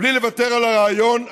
בלי לוותר על הרעיון,